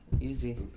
Easy